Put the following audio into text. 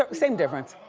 um same difference,